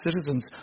citizens